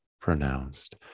pronounced